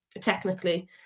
technically